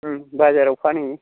बाजाराव फानहैयो